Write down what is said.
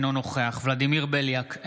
אינו נוכח ולדימיר בליאק,